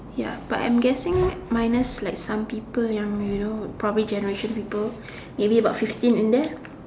ya but I'm guessing minus like some people young you know generation people probably about fifteen in there